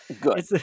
Good